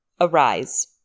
Arise